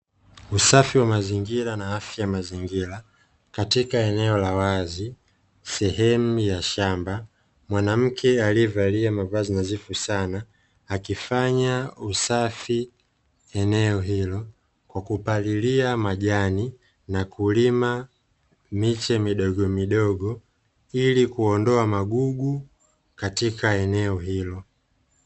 Usafi wa mazingira na afya ya mazingira katika eneo la wazi sehemu ya shamba, mwanamke aliyevalia mavazi nadhifu sana, akifanya usafi eneo hilo kwa kupalilia majani, na kulima miche midogomidogo, ili kuondoa magugu katika eneo hilo.